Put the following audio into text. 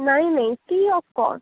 नाही नाही free of cos